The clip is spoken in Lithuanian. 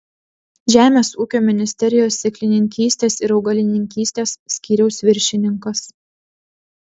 žemės ūkio ministerijos sėklininkystės ir augalininkystės skyriaus viršininkas